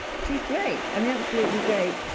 she's great, i mean, absolutely great.